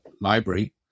library